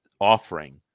offering